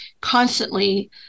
constantly